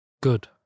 good